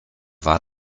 war